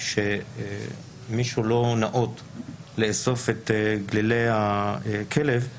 לא מול בית המשפט ולא מול התושבים.